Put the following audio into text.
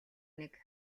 нэг